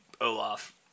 Olaf